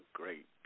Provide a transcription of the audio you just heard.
great